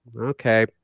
okay